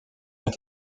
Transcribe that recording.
ont